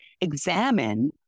examine